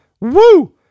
Woo